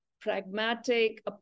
pragmatic